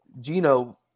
Gino